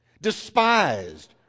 despised